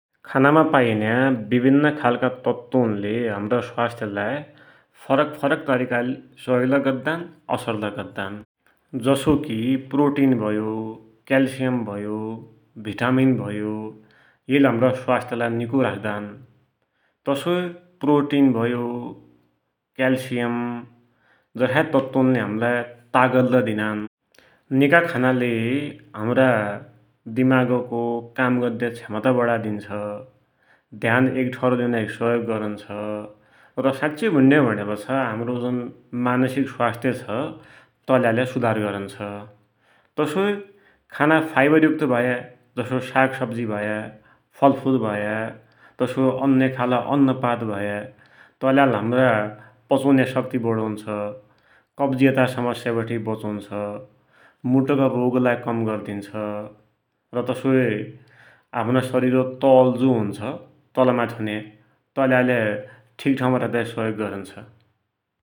खानामा पाइन्या विभिन्न खालका तत्वनले हमरा स्वास्थ्यलाई फरक फरक तरिकाले सहयोगलै गद्दान, असर लै गद्दान। जसोकी प्रोटिन भयो, क्याल्सियम भयो, भिटामिन भयो, एले हमरा स्वास्थ्यलाई निको राख्दान। तसोई प्रोटिन भयो क्याल्सियम जसाई तत्वनले हमलाई तागत लै दिनान, निका खानाले हमरा दिमागको काम गद्द्या क्षमता बढाइदिन्छ। ध्यान एक ठौरा ल्युनाकी सहयोग गरुन्छ। र साच्ची भुण्यहौ भुण्यापाछा हमरो जुन मानसिक स्वास्थ्य छ तैलाइलै सुधार गरुन्छ। तसोई खाना फाइबरयुक्त भया, तसोई अन्य खालका अन्नपात भया तैले हमरो पचुन्या शक्ति बढुञ्छ, कब्जियतका समस्याबठे बचुन्छ। मुटुका रोगलाई कम गरिदिन्छ, र तसोई हमरा शरीरको तौल जु हुन्छ, तलमाथि हुन्या तैलाइलै ठिक ठाउँमा रख्दाकी सहयोग गरुन्छ।